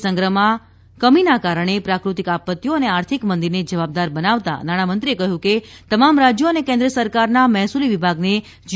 નાણાં સંગ્રહમાં કમીના કારણે પ્રાકૃતિક આપત્તિઓ અને આર્થિક મંદીને જવાબદાર બતાવતા નાણામંત્રી તે કહ્યું કે તમામ રાજ્યો અને કેન્દ્ર સરકારના મહેસૂલી વિભાગને જી